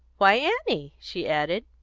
why, annie! she added.